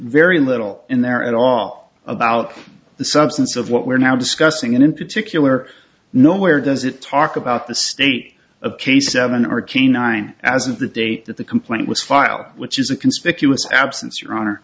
very little in there at all about the substance of what we're now discussing and in particular nowhere does it talk about the state of k seven or canine as of the date that the complaint was filed which is a conspicuous absence